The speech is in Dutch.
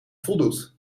voldoet